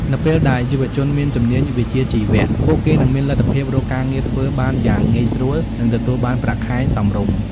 នៅពេលដែលយុវជនមានជំនាញវិជ្ជាជីវៈ ពួកគេនឹងមានលទ្ធភាពរកការងារធ្វើបានយ៉ាងងាយស្រួល និងទទួលបានប្រាក់ខែសមរម្យ។